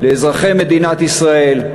לאזרחי מדינת ישראל,